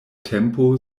tempo